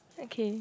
okay